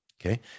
Okay